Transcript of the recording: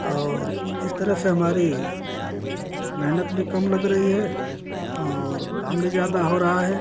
और इस तरह से हमारी मेहनत भी कम लग रही है और काम भी ज़्यादा हो रहा है